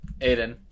Aiden